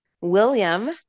William